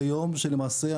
למעשה,